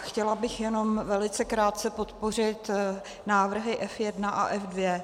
Chtěla bych jenom velice krátce podpořit návrhy F1 a F2.